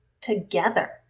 together